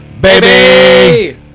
baby